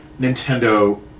Nintendo